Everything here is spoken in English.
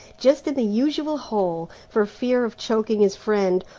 just in the usual hole, for fear of choking his friend,